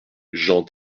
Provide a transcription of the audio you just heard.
jean